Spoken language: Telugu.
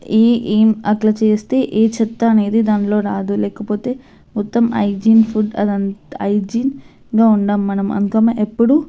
ఈ అట్లా చేస్తే ఈ చెత్త అనేది దాంట్లో రాదు లేకపోతే మొత్తం హైజిన్ ఫుడ్ అదంతా హైజిన్గా ఉన్నాం మనం అంతా ఎప్పుడు